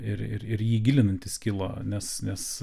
ir ir ir į jį gilinantis kilo nes nes